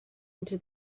into